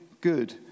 good